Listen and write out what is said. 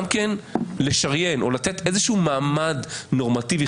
גם לשריין או לתת איזה מעמד נורמטיבי